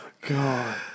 God